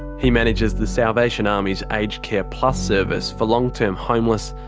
he manages the salvation army's aged care plus service for long term homeless,